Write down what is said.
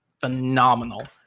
phenomenal